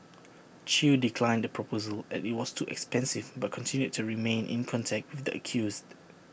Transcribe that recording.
chew declined the proposal as IT was too expensive but continued to remain in contact with the accused